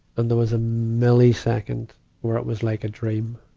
and there was a millisecond where it was like a dream.